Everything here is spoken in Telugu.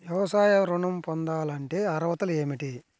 వ్యవసాయ ఋణం పొందాలంటే అర్హతలు ఏమిటి?